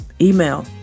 email